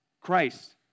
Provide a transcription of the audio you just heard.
Christ